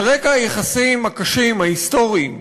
על רקע היחסים הקשים, ההיסטוריים,